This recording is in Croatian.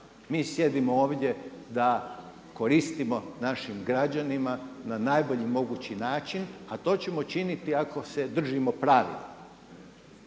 Mi sjedimo ovdje da koristimo našim građanima na najbolji mogući način, a to ćemo činiti ako se držimo pravila.